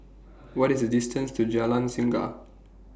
What IS The distance to Jalan Singa